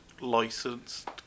licensed